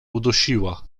udusiła